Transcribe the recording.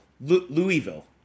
Louisville